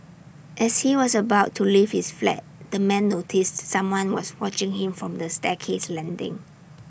as he was about to leave his flat the man noticed someone was watching him from the staircase landing